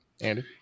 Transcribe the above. Andy